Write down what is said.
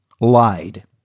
lied